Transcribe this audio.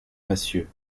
massieux